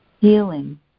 Healing